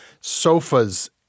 sofas